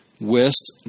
West